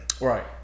Right